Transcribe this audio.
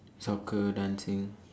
soccer dancing